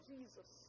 Jesus